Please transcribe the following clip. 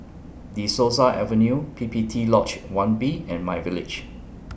De Souza Avenue P P T Lodge one B and MyVillage